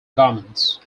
garments